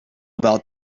about